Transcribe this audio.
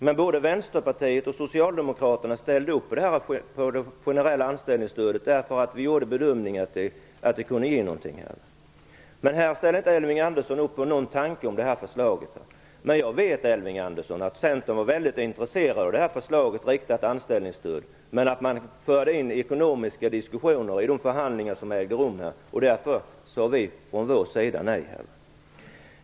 Men både Vänsterpartiet och Socialdemokraterna ställde upp på det generella anställningsstödet eftersom vi gjorde den bedömningen att det kunde ge något. Men Elving Andersson ställer inte upp på någon tanke i det här förslaget. Men jag vet, Elving Andersson, att Centern var mycket intresserade av förslaget om riktat anställningsstöd, men man förde in ekonomiska diskussioner i de förhandlingar som ägde rum, och då sade vi nej.